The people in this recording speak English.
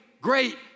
great